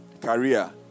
Career